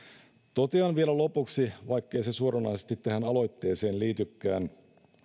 totean vielä lopuksi vaikkei se suoranaisesti tähän aloitteeseen liitykään